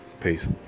peace